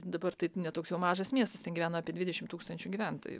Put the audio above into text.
dabar tai ne toks jau mažas miestas ten gyvena apie dvidešim tūkstančių gyventojų